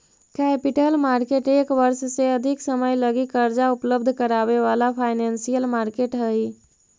capital market एक वर्ष से अधिक समय लगी कर्जा उपलब्ध करावे वाला फाइनेंशियल मार्केट हई